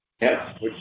Yes